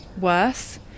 worse